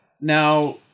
Now